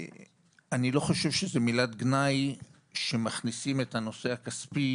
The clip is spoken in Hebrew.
אני לא חושב שזו מילת גנאי שמכניסים את הנושא הכספי,